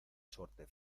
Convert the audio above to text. suerte